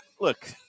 look